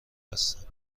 هستند